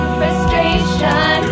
frustration